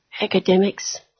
academics